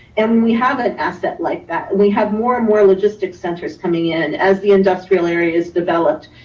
and we have an asset like that, and we have more and more logistics centers coming in as the industrial areas developed.